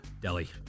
Delhi